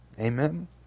Amen